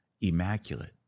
Immaculate